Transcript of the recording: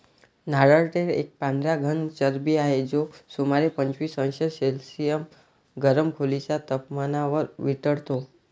नारळ तेल एक पांढरा घन चरबी आहे, जो सुमारे पंचवीस अंश सेल्सिअस गरम खोलीच्या तपमानावर वितळतो